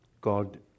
God